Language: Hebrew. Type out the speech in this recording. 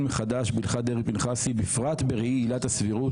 מחדש בהלכת דרעי-פנחסי בפרט בראי עילת הסבירות,